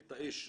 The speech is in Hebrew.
את האש הזאת.